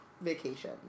vacation